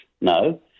No